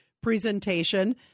presentation